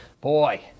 boy